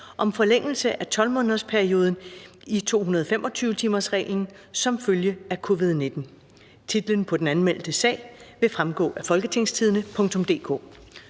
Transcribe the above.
(Forlængelse af 12 måneders perioden i 225-timersreglen som følge af covid-19)). Titlen på den anmeldte sag vil fremgå af www.folketingstidende.dk